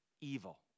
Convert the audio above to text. evil